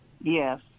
Yes